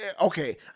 okay